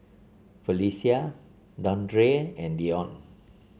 Phylicia Dandre and Leon